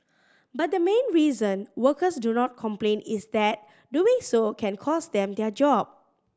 but the main reason workers do not complain is that doing so can cost them their job